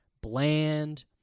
bland